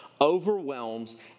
overwhelms